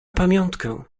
pamiątkę